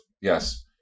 yes